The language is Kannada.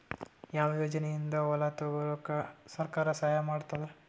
ಯಾವ ಯೋಜನೆಯಿಂದ ಹೊಲ ತೊಗೊಲುಕ ಸರ್ಕಾರ ಸಹಾಯ ಮಾಡತಾದ?